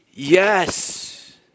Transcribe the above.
Yes